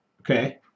okay